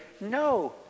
no